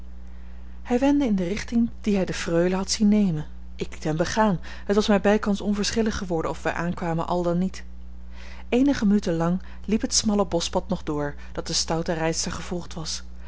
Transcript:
hij wendde in de richting dien hij de freule had zien nemen ik liet hem begaan het was mij bijkans onverschillig geworden of wij aankwamen àl dan niet eenige minuten lang liep het smalle boschpad nog door dat de stoute rijdster gevolgd was